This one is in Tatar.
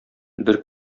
бер